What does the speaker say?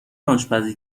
آشپزی